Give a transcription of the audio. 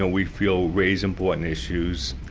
ah we feel, raise important issues,